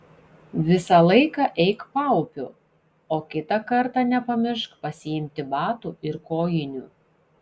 visą laiką eik paupiu o kitą kartą nepamiršk pasiimti batų ir kojinių